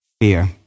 fear